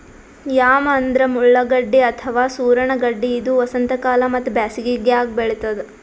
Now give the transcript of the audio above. yam ಅಂದ್ರ ಮುಳ್ಳಗಡ್ಡಿ ಅಥವಾ ಸೂರಣ ಗಡ್ಡಿ ಇದು ವಸಂತಕಾಲ ಮತ್ತ್ ಬ್ಯಾಸಿಗ್ಯಾಗ್ ಬೆಳಿತದ್